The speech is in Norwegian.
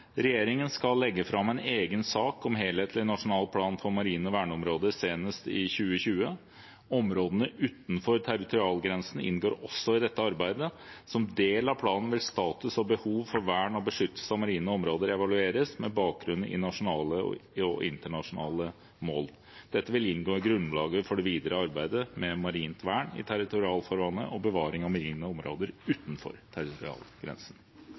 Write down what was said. Regjeringen skal legge fram en egen sak om en helhetlig nasjonal plan for marine verneområder senest i 2020. Områdene utenfor territorialgrensen inngår også i dette arbeidet. Som del av planen vil status og behov for vern og beskyttelse av marine områder evalueres, med bakgrunn i nasjonale og internasjonale mål. Dette vil inngå i grunnlaget for det videre arbeidet med marint vern i territorialfarvannet og bevaring av marine områder utenfor